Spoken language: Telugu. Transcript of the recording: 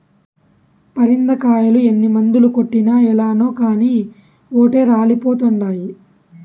పరింద కాయలు ఎన్ని మందులు కొట్టినా ఏలనో కానీ ఓటే రాలిపోతండాయి